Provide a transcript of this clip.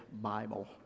Bible